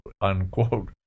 unquote